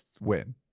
win